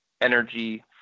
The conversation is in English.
energy